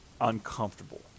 uncomfortable